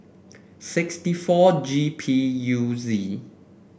sixty four G P U Z